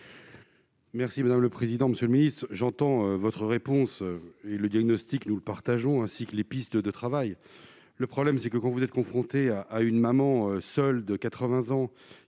Merci madame le président, monsieur le Ministre, j'entends votre réponse et le diagnostic, nous le partageons ainsi que les pistes de travail, le problème c'est que quand vous êtes confronté à à une maman seule de 80 ans,